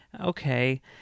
Okay